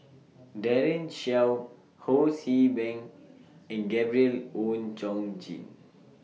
Daren Shiau Ho See Beng and Gabriel Oon Chong Jin